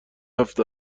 هفت